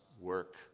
work